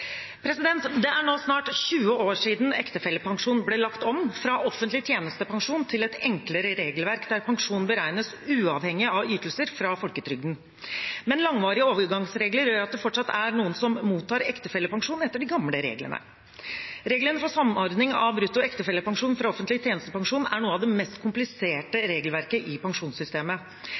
Det er nå snart 20 år siden ektefellepensjonen ble lagt om, fra offentlig tjenestepensjon til et enklere regelverk der pensjonen beregnes uavhengig av ytelser fra folketrygden. Men langvarige overgangsregler gjør at det fortsatt er noen som mottar ektefellepensjon etter de gamle reglene. Regelen for samordning av brutto ektefellepensjon fra offentlig tjenestepensjon er noe av det mest kompliserte regelverket i pensjonssystemet.